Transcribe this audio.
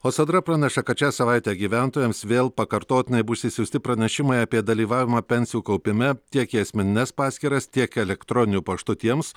o sodra praneša kad šią savaitę gyventojams vėl pakartotinai bus išsiųsti pranešimai apie dalyvavimą pensijų kaupime tiek į asmenines paskyras tiek elektroniniu paštu tiems